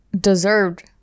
deserved